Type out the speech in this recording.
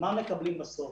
אבל מה מקבלים בסוף?